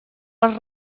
les